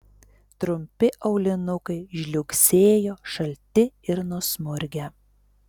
trumpi aulinukai žliugsėjo šalti ir nusmurgę